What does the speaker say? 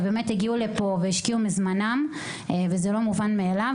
שהגיעו לפה והשקיעו מזמנם, וזה לא מובן מאליו.